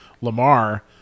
Lamar